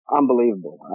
unbelievable